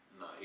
No